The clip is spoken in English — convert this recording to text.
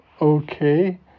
Okay